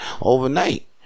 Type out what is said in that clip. Overnight